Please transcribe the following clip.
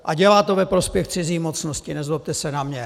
A dělá to ve prospěch cizí mocnosti, nezlobte se na mě.